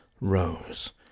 rose